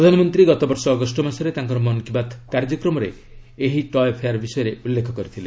ପ୍ରଧାନମନ୍ତ୍ରୀ ଗତ ବର୍ଷ ଅଗଷ୍ଟ ମାସରେ ତାଙ୍କର ମନ୍ କି ବାତ୍ କାର୍ଯ୍ୟକ୍ରମରେ ଏହି ଟୟେ ଫେୟାର୍ ବିଷୟରେ ଉଲ୍ଲେଖ କରିଥିଲେ